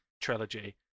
trilogy